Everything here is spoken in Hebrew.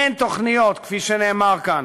אין תוכניות, כפי שנאמר כאן,